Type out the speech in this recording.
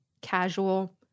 casual